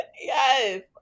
Yes